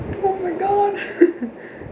oh my god